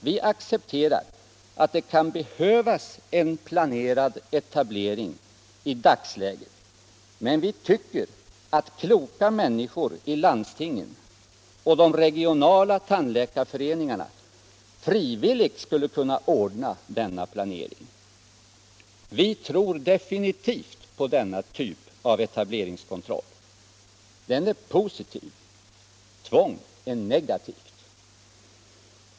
Vi accepterar att det kan behövas en planerad etablering i dagsläget, men vi tycker att kloka människor i landstingen och de regionala tandläkarföreningarna frivilligt skulle kunna ordna denna planering. Vi tror definitivt på denna typ av etableringskontroll. Den är positiv. Tvång är negativt.